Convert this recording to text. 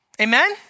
Amen